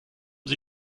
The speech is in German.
sie